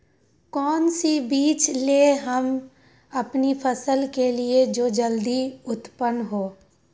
कौन सी बीज ले हम अपनी फसल के लिए जो जल्दी उत्पन हो?